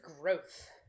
growth